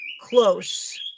close